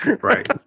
Right